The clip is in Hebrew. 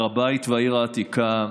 הר הבית והעיר העתיקה,